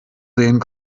sehen